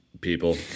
people